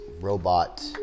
robot